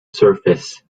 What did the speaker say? surface